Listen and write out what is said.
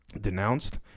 denounced